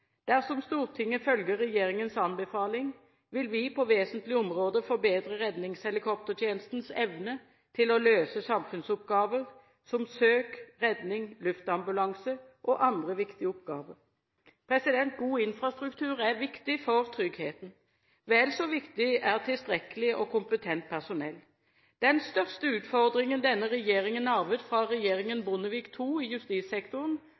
Dersom Stortinget følger regjeringens anbefaling, vil vi på vesentlige områder forbedre redningshelikoptertjenestens evne til å løse samfunnsoppgaver som søk, redning, luftambulanse og andre viktige oppgaver. God infrastruktur er viktig for tryggheten. Vel så viktig er tilstrekkelig og kompetent personell. Den største utfordringen denne regjeringen arvet fra regjeringen Bondevik II i justissektoren,